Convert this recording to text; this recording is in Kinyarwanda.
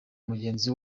mugenzi